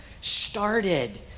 started